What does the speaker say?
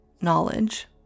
knowledge